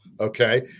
Okay